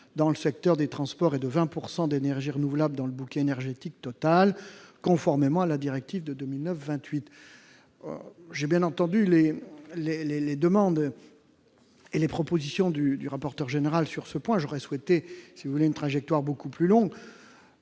dans le secteur des transports et de 20 % d'énergies renouvelables dans le bouquet énergétique total, conformément à la directive 2009-28-EC. J'ai bien entendu les demandes et les propositions du rapporteur général sur ce point. Toutefois, j'aurais souhaité une trajectoire beaucoup plus longue.